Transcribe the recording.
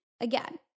Again